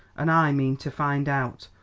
and i mean to find out.